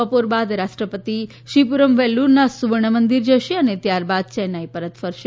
બપોર બાદ રાષ્ટ્રપતિ શ્રીપુરમ વેલ્લુરના સુવર્ણ મંદીર જશે અને ત્યારબાદ ચેન્નાઇ પરત ફરશે